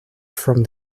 from